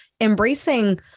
embracing